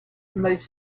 promotions